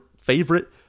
favorite